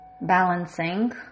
balancing